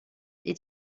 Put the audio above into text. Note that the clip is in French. est